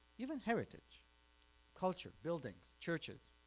even heritage culture, buildings, churches,